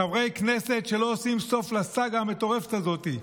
חברי הכנסת שלא עושים סוף לסאגה המטורפת הזאת,